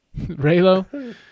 raylo